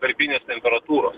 vardinės temperatūros